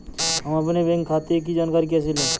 हम अपने बैंक खाते की जानकारी कैसे लें?